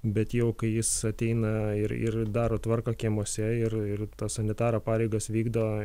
bet jau kai jis ateina ir ir daro tvarką kiemuose ir ir tas sanitaro pareigas vykdo